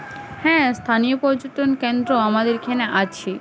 হ্যাঁ স্থানীয় পর্যটন কেন্দ্র আমাদের এখানে আছে